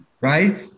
Right